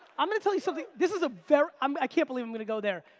i'm going to tell you something. this is a very, um i can't believe i'm going to go there.